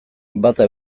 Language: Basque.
bata